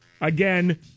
Again